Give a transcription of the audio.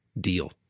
deal